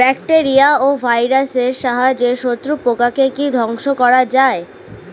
Bacteria ও ভাইরাসের সাহায্যে শত্রু পোকাকে কি ধ্বংস করা যায়?